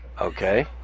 Okay